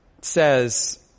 says